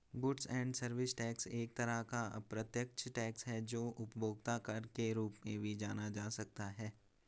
goods and service tax एक तरह का अप्रत्यक्ष टैक्स है जो उपभोक्ता कर के रूप में भी जाना जा सकता है